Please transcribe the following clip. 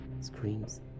screams